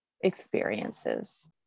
experiences